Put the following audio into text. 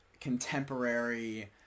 contemporary